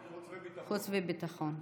חוץ וביטחון.